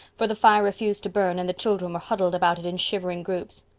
for the fire refused to burn and the children were huddled about it in shivering groups.